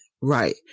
right